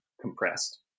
compressed